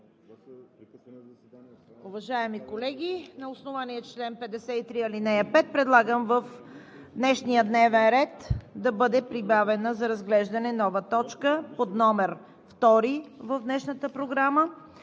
Уважаеми колеги, на основание чл. 53, ал. 5 предлагам в днешния дневен ред да бъде прибавена за разглеждане нова точка под номер втори в днешната програма: